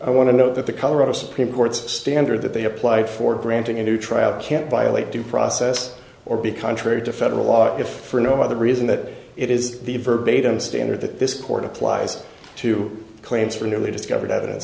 i want to know that the colorado supreme court's standard that they apply for granting a new trial can't violate due process or be contrary to federal law if for no other reason that it is the verbatim standard that this court applies to claims for newly discovered evidence